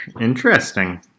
Interesting